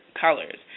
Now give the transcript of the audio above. colors